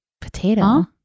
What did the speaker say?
potato